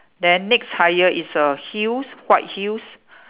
then next higher is err heels white heels